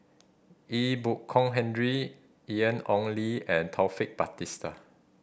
Ee Bu Kong Henry Ian Ong Li and Taufik Batisah